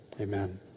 amen